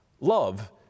love